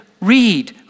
read